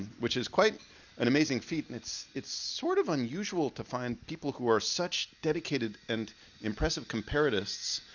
which is quite an amazing feat and it's it's sort of unusual to find people who are such dedicated and impressive comparatists